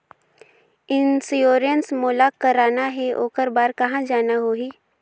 Insurance मोला कराना हे ओकर बार कहा जाना होही?